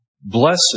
Blessed